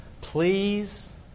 Please